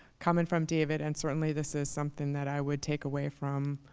coming from david, and certainly this is something that i would take away from